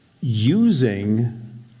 using